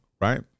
right